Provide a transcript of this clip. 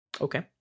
Okay